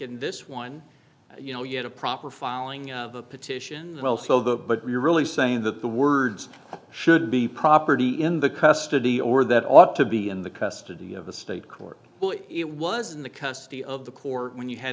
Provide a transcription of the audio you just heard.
in this one you know you get a proper filing a petition but you're really saying that the words should be property in the custody or that ought to be in the custody of the state court it was in the custody of the core when you had